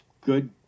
good